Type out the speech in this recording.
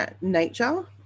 nature